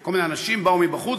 וכל מיני אנשים באו מבחוץ,